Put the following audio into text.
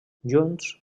junts